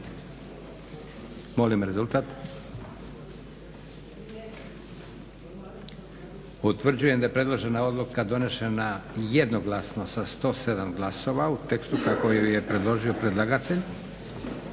Molim rezultat. Utvrđujem da je predložena odluka donesena jednoglasno sa 107 glasova u tekstu kako ju je predložio predlagatelj.